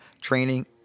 training